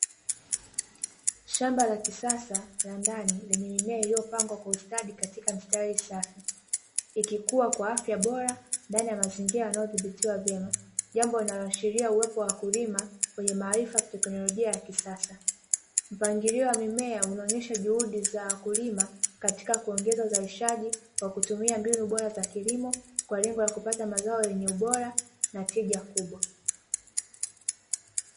Shamba la kisasa la ndani ambalo lenye mimea iliyopangwa kwa ustadi katika mstari safi, ikikua kwa afya bora ndani ya mazingira yanayodhibitiwa vyema, jambo linaloashiria uwepo wa wakulima wenye maarifa ya teknolojia ya kisasa. Mpangilio wa mimea, unaonyesha juhudi za wakulima katika kuongeza uzalishaji kwa kutumia mbinu bora za kilimo, kwa lengo la kupata mazao yenye bora na yenye tija kubwa.